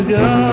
go